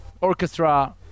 orchestra